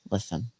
Listen